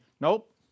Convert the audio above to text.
nope